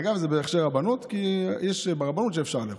אגב, זה בהכשר הרבנות, כי יש רבנות שאפשר לאכול.